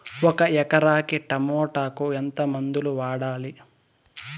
ఒక ఎకరాకి టమోటా కు ఎంత మందులు వాడాలి?